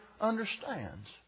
understands